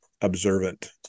observant